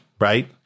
right